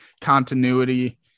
continuity